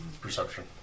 Perception